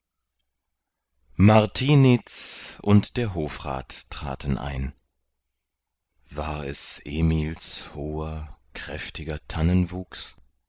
martiniz und der hofrat traten ein war es emils hoher kräftiger